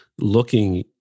looking